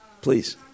Please